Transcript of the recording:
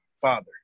father